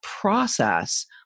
process